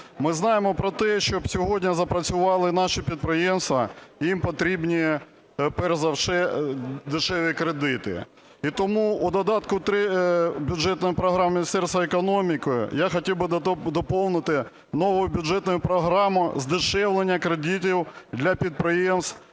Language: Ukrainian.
Ми знаємо про те, щоб сьогодні запрацювали наші підприємства їм потрібні перш за все дешеві кредити. І тому додаток 3 бюджетної програми Міністерства економіки я хотів би доповнити новою бюджетною програмою "Здешевлення кредитів для підприємств